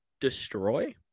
destroy